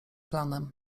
planem